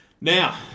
Now